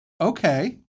okay